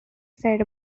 said